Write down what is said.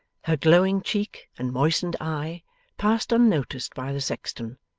her glowing cheek and moistened eye passed unnoticed by the sexton,